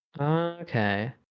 Okay